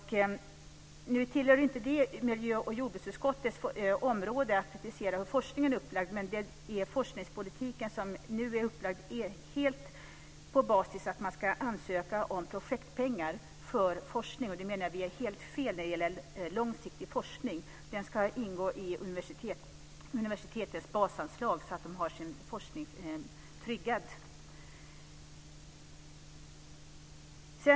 Nu tillhör det inte miljö och jordbruksutskottets område att diskutera hur forskningen är upplagd, men den nu upplagda forskningspolitiken bygger på att ansöka om projektpengar för forskning. Vi menar att det är helt fel i fråga om långsiktig forskning. Den ska ingå i universitets basanslag så att forskningen är tryggad.